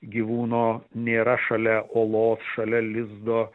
gyvūno nėra šalia olos šalia lizdo